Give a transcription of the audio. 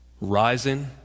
rising